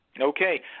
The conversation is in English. Okay